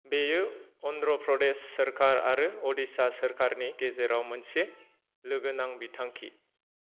बेयो अन्ध्र प्रदेश सोरकार आरो अडिष्या सोरकारनि गेजेराव मोनसे लोगोनां बिथांखि